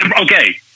okay